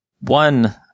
One